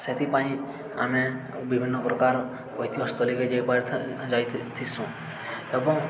ସେଥିପାଇଁ ଆମେ ବିଭିନ୍ନ ପ୍ରକାର ଐତିହ୍ୟ ସ୍ଥଲୀ ଲାଗି ଯାଇପାରି ଯାଇଥିସୁଁ ଏବଂ